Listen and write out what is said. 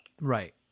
Right